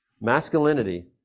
masculinity